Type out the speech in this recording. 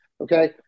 okay